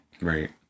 Right